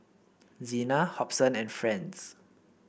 Zena Hobson and Franz